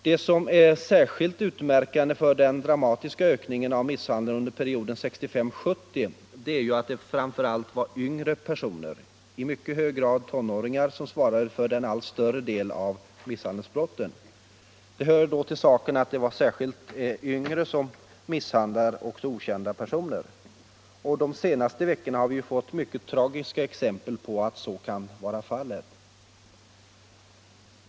Det som är särskilt utmärkande för den dramatiska ökningen av misshandeln under perioden 1965-1970 är att det är allt yngre personer, i mycket hög grad tonåringar, som svarar för en allt större del av misshandelsbrotten. Det hör då till saken att det särskilt är de yngre som misshandlar för dem okända personer. De senaste veckorna har vi fått mycket tragiska exempel på att så kan vara fallet.